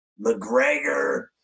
McGregor